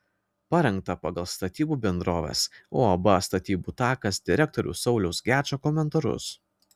parengta pagal statybų bendrovės uab statybų takas direktoriaus sauliaus gečo komentarus